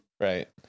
Right